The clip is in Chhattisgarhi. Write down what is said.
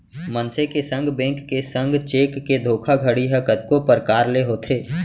मनसे के संग, बेंक के संग चेक के धोखाघड़ी ह कतको परकार ले होथे